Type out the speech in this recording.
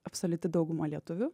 absoliuti dauguma lietuvių